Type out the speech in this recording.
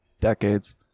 decades